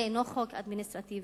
וזה אינו חוק אדמיניסטרטיבי.